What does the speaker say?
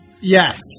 Yes